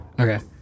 Okay